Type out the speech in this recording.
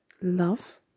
love